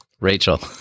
Rachel